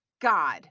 God